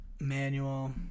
Manual